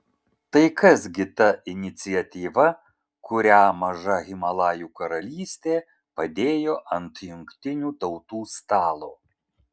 tai kas gi ta iniciatyva kurią maža himalajų karalystė padėjo ant jungtinių tautų stalo